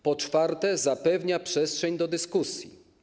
Po czwarte, zapewnia przestrzeń do dyskusji.